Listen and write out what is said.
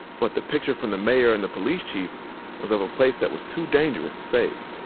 but the picture from the mayor and the police chief was of a place that was too dangerous to save.